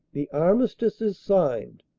the armistice is signed.